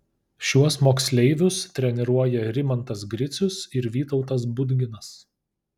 šiuos moksleivius treniruoja rimantas gricius ir vytautas budginas